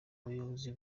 ubuyobozi